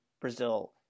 Brazil